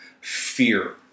fear